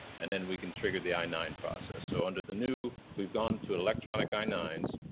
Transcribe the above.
and then we can trigger the i nine process. so, under the new, we've gone to electronic i nine s,